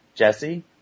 Jesse